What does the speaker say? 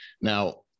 Now